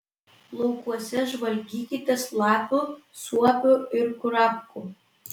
laukuose žvalgykitės lapių suopių ir kurapkų